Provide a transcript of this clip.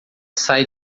sai